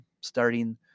starting